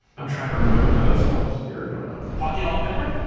i'm trying to remember now. that was almost a year ago now. hockey hall-of-famer?